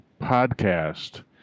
podcast